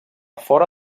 fora